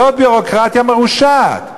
זאת ביורוקרטיה מרושעת.